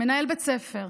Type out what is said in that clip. מנהל בית ספר,